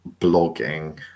blogging